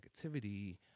negativity